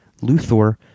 Luthor